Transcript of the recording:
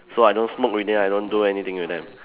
so I don't smoke with them I don't do anything with them